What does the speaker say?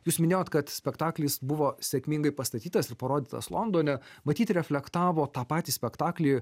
jūs minėjot kad spektaklis buvo sėkmingai pastatytas ir parodytas londone matyt reflektavo tą patį spektaklį